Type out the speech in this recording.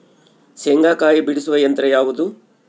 ಶೇಂಗಾಕಾಯಿ ಬಿಡಿಸುವ ಯಂತ್ರ ಯಾವುದು?